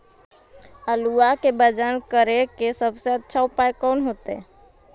आलुआ के वजन करेके सबसे अच्छा उपाय कौन होतई?